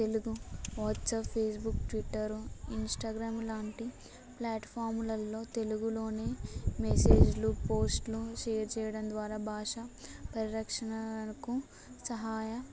Telugu WhatsApp Facebook Twitter Instagram లాంటి ప్లాట్ఫాములల్లో తెలుగులోనే మెసేజ్లు పోస్ట్లు షేర్ చేయడం ద్వారా భాష పరిరక్షణకు సహాయ